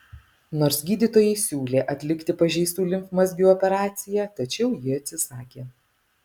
nors gydytojai siūlė atlikti pažeistų limfmazgių operaciją tačiau ji atsisakė